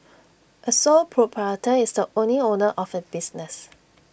A sole proprietor is the only owner of A business